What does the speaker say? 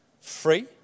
free